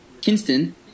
kinston